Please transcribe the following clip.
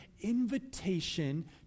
invitation